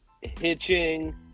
hitching